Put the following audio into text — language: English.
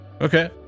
Okay